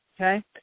Okay